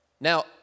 Now